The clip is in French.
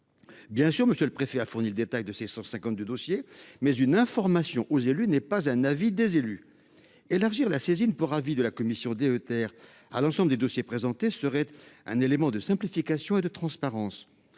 Bien sûr, le préfet a fourni le détail de ces 152 dossiers, mais une information aux élus n’est pas un avis des élus. Élargir la saisine pour avis de la commission DETR à l’ensemble des dossiers présentés serait un élément de simplification et de transparence.